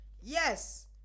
Yes